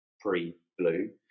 pre-blue